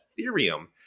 Ethereum